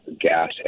gas